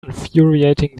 infuriating